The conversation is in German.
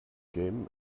game